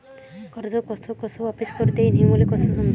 कर्ज कस कस वापिस करता येईन, हे मले कस समजनं?